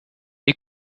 you